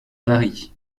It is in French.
paris